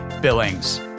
billings